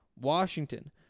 Washington